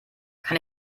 kann